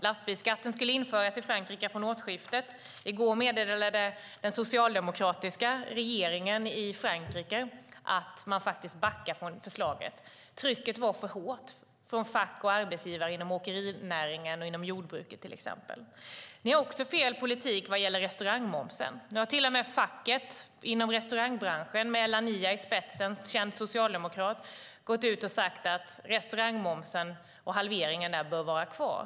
Lastbilsskatt skulle införas i Frankrike från årsskiftet, men i går meddelade den socialdemokratiska regeringen i Frankrike att man backar från förslaget. Trycket var för hårt från fack och arbetsgivare inom bland annat åkerinäring och jordbruk. Ni har också fel politik när det gäller restaurangmomsen. Nu har till och med facket inom restaurangbranschen, med den kända socialdemokraten Ella Niia i spetsen, gått ut och sagt att halveringen av restaurangmomsen bör vara kvar.